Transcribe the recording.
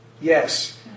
Yes